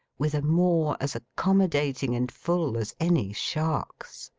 with a maw as accommodating and full as any shark's.